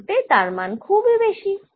প্রান্তে তার মান খুবই বেশি